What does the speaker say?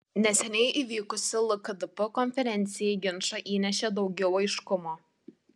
neseniai įvykusi lkdp konferencija į ginčą įnešė daugiau aiškumo